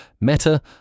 Meta